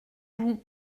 vous